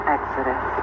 Exodus